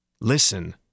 Listen